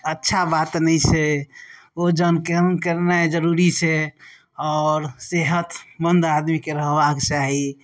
अच्छा बात नहि छै वजन कम करनाइ जरुरी छै आओर सेहतमन्द आदमीके रहबाक चाही